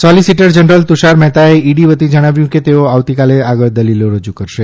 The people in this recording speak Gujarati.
સોલીસીટર જનરલ તુષાર મહેતાએ ઇડી વતી જણાવ્યું કે તેઓ આવતીકાલે આગળ દલીલો રજૂ કરશે